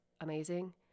amazing